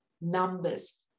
numbers